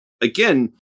again